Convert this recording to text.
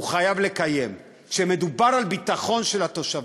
הוא חייב לקיים, כשמדובר על הביטחון של התושבים.